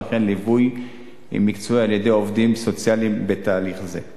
וכן ליווי מקצועי על-ידי עובדים סוציאליים בתהליך זה.